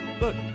look